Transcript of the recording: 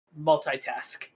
multitask